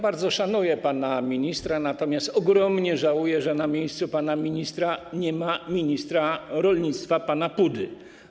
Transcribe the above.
Bardzo szanuję pana ministra, natomiast ogromnie żałuję, że na miejscu pana ministra nie ma ministra rolnictwa pana Pudy.